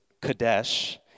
Kadesh